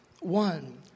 one